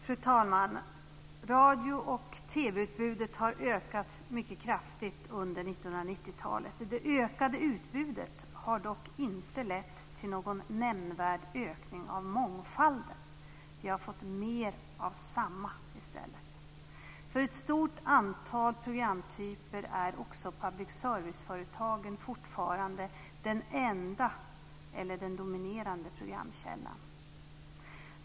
Fru talman! Radio och TV-utbudet har ökat mycket kraftigt under 1990-talet. Det ökade utbudet har dock inte lett till någon nämnvärd ökning av mångfalden. Vi har fått mer av samma sort i stället. För ett stort antal programtyper är också public service-företagen fortfarande den enda eller den dominerande programkällan.